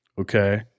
Okay